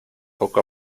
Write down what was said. poco